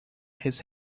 his